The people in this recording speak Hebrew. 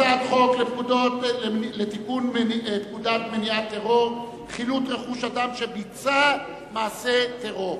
הצעת חוק לתיקון פקודת מניעת טרור (חילוט רכוש אדם שביצע מעשה טרור),